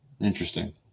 Interesting